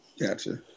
Gotcha